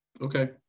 Okay